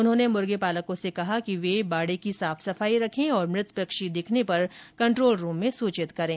उन्होंने मुर्गीपालकों से कहा कि वह बाड़े की साफ सफाई रखें और मृत पक्षी दिखने पर कंट्रोल रूम पर सूचित करें